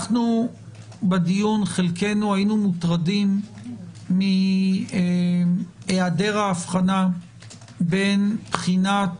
בדיון חלקנו היינו מוטרדים מהיעדר האבחנה בין בחינת